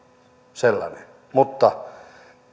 sellainen mutta